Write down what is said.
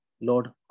Lord